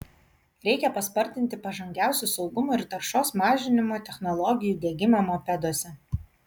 reikia paspartinti pažangiausių saugumo ir taršos mažinimo technologijų diegimą mopeduose